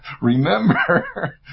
remember